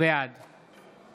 בעד